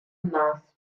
mas